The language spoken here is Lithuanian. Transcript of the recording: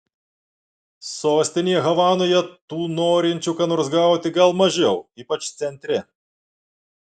sostinėje havanoje tų norinčių ką nors gauti gal mažiau ypač centre